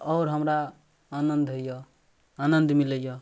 आओर हमरा आनन्द होइए आनन्द मिलैए